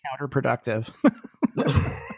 counterproductive